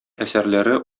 әсәрләре